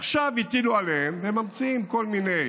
עכשיו הטילו עליהם, והם ממציאים כל מיני